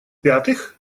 пятых